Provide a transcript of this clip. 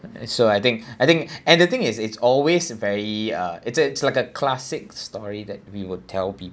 and so I think I think and the thing is it's always very uh it's it's like a classic story that we would tell people